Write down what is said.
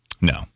No